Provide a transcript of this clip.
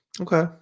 okay